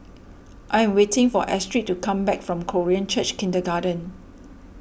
I am waiting for Astrid to come back from Korean Church Kindergarten